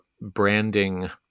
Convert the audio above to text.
branding